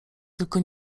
tylko